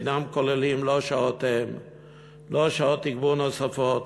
ואינן כוללות לא שעות תגבור נוספות,